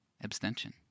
abstention